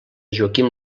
joaquim